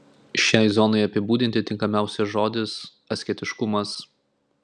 šiai zonai apibūdinti tinkamiausias žodis asketiškumas